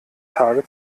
tage